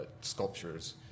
sculptures